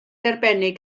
arbennig